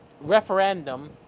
referendum